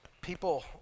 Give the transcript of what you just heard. people